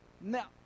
Now